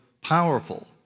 powerful